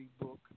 book